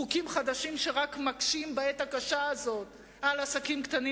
חוקים חדשים שרק מקשים בעת הקשה הזאת על עסקים קטנים